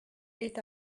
est